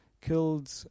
killed